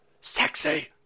Sexy